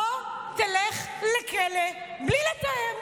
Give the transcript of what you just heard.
בוא, תלך לכלא בלי לתאם.